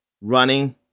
running